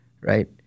right